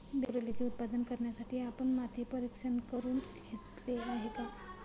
ब्रोकोलीचे उत्पादन करण्यासाठी आपण माती परीक्षण करुन घेतले आहे का?